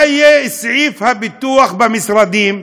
מה יהיה עם סעיף הביטוח במשרדים?